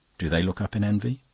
do they look up in envy?